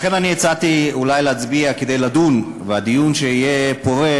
לכן אני הצעתי אולי להצביע כדי לדון דיון פורה,